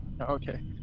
Okay